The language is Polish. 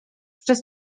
przez